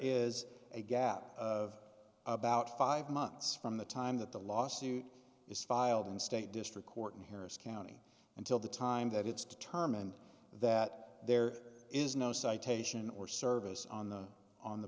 is a gap of about five months from the time that the lawsuit is filed in state district court here is county until the time that it's determined that there is no citation or service on the on the